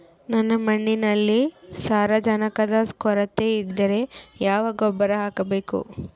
ನನ್ನ ಮಣ್ಣಿನಲ್ಲಿ ಸಾರಜನಕದ ಕೊರತೆ ಇದ್ದರೆ ಯಾವ ಗೊಬ್ಬರ ಹಾಕಬೇಕು?